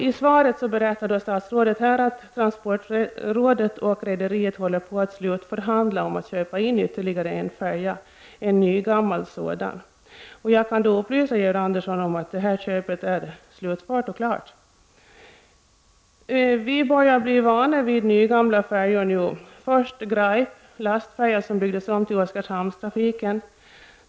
I svaret berättar statsrådet att transportrådet och rederiet håller på att slutförhandla om att köpa in en ytterligare färja — en nygammal sådan. Jag kan upplysa Georg Andersson om att köpet är slutfört och klart: Vi börjar bli vana vid nygamla färjor. Först var det Graip, en lastfärja som byggdes om till Oskarshamnstrafiken.